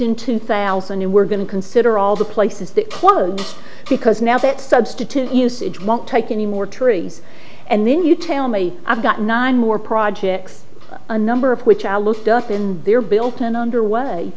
in two thousand and we're going to consider all the places that closed because now that substitute usage won't take any more trees and then you tell me i've got nine more projects a number of which i looked at in there built and underway